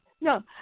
No